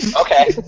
Okay